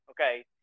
okay